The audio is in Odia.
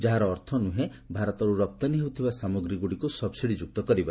ଯାହାର ଅର୍ଥ ନୁହେଁ ଭାରତର ରପ୍ତାନୀ ହେଉଥିବା ସାମଗ୍ରୀଗୁଡିକୁ ସବ୍ସିଡି ଯୁକ୍ତ କରିବା